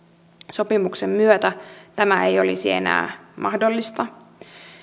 sopimuksen myötä tämä ei olisi enää mahdollista